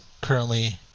currently